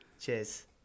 Cheers